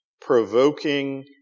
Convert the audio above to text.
provoking